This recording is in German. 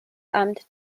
amt